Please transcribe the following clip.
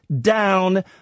down